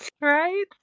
Right